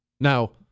Now